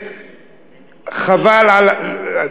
וחבל על ה-.